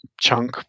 chunk